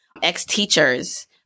ex-teachers